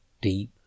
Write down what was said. deep